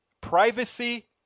Privacy